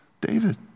David